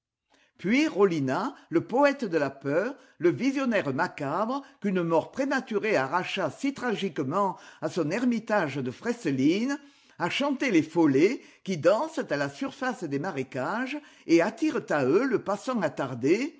puis rollinat le poète de la peur le visionnaire macabre qu'une mort prématurée arracha si tragiquement à son ermitage de fresselines a chanté les follets qui dansent à la surface des marécages et attirent à eux le passant attardé